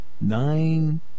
Nine